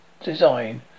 design